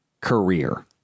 career